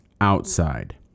outside